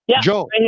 Joe